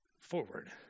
forward